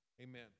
Amen